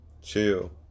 chill